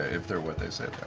if they're what they say